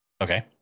Okay